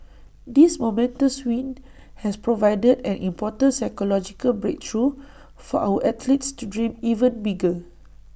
this momentous win has provided an important psychological breakthrough for our athletes to dream even bigger